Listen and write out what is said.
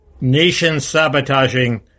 nation-sabotaging